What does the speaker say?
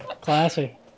Classy